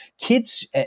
kids